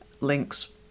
links